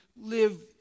live